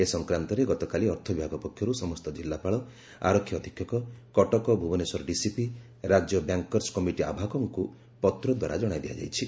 ଏ ସଂକ୍ରାନ୍ତରେ ଗତକାଲି ଅର୍ଥବିଭାଗ ପକ୍ଷରୁ ସମସ୍ତ ଜିଲ୍ଲାପାଳ ଆରକ୍ଷି ଅଧିକ୍ଷକ କଟକ ଭୁବନେଶ୍ୱର ଡିସିପି ରାଜ୍ୟ ବ୍ୟାଙ୍କର୍ସ୍ କମିଟି ଆବାହକଙ୍କୁ ପତ୍ର ଦ୍ୱାରା ଜଣାଇ ଦିଆଯାଇଛି